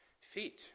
feet